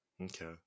Okay